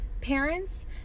parents